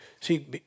see